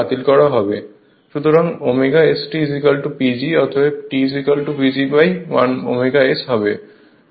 সুতরাং ω ST PG অতএব T PGω S